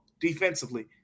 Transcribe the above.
defensively